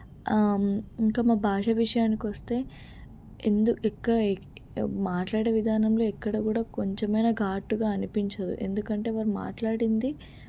ఇంక మా భాష విషయానికి వస్తే ఎందు ఎక్క మాట్లాడే విధానంలో ఎక్కడ కూడా కొంచమైనా ఘాటుగా అనిపించదు ఎందుకంటే వారు మాట్లాడింది